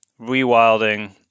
rewilding